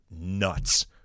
nuts